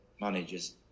managers